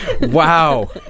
Wow